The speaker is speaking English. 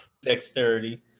dexterity